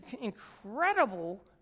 incredible